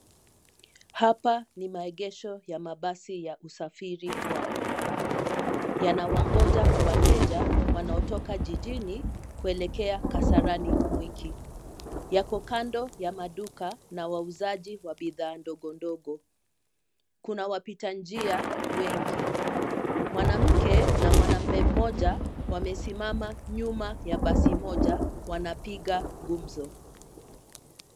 Hapa ni maegesho ya mabasi ya usafiri wa umma. Yanawagonja wateja wanaotoka jijini kuelekea Kasarani, Mwiki. Yako kando ya maduka na wauzaji wa bidhaa ndogo ndogo. Kuna wapita njia wengi. Mwanamke na mwanaume mmoja wamesimama nyuma ya basi moja wanapiga gumzo.